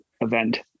event